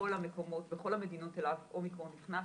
בכל המקומות ובכל המדינות אליו האומיקרון נכנס,